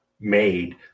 made